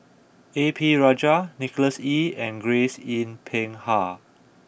A P Rajah Nicholas Ee and Grace Yin Peck Ha